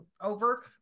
over